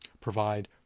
provide